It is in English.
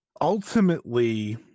ultimately